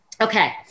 Okay